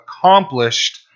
accomplished